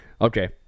Okay